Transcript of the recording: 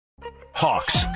Hawks